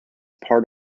part